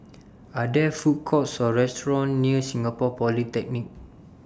Are There Food Courts Or restaurants near Singapore Polytechnic